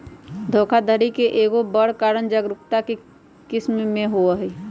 धोखाधड़ी के एगो बड़ कारण जागरूकता के कम्मि सेहो हइ